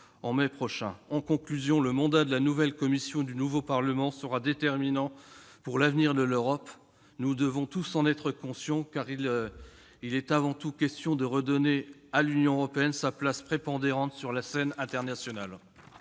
en mai prochain. En conclusion, le mandat de la nouvelle Commission et du nouveau Parlement sera déterminant pour l'avenir de l'Europe. Nous devons tous en être conscients, car il est avant tout question de redonner à l'Union européenne sa place prépondérante sur la scène internationale.